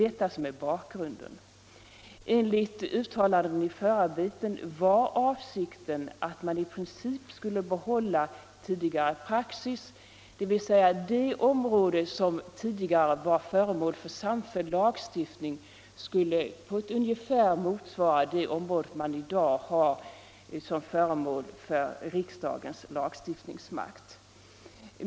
Enligt uttalanden i förarbeten var avsikten att man i princip skulle behålla tidigare praxis. Det område som tidigare var föremål för samfälld lagstiftning skulle alltså ungefär motsvara det område som i dag är föremål för riksdagens lagstiftningsmakt.